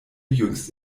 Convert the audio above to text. jüngst